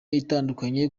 itandukanye